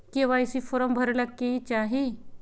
KYC form भरे ले कि चाही?